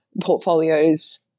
portfolios